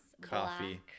coffee